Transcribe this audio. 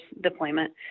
deployment